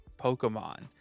Pokemon